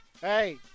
Hey